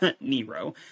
Nero